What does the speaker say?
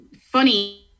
funny